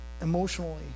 emotionally